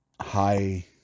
high